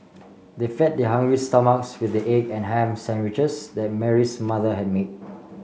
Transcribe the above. they fed their hungry stomachs with the egg and ham sandwiches that Mary's mother had made